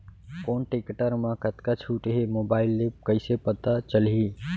कोन टेकटर म कतका छूट हे, मोबाईल ले कइसे पता चलही?